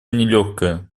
нелегкая